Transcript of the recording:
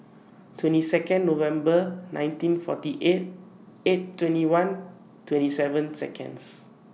twenty Second November nineteen forty eight eight twenty one twenty seven Seconds